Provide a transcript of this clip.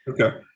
Okay